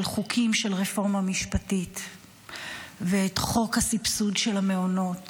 חוקים של רפורמה משפטית ואת חוק הסבסוד של המעונות,